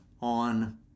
on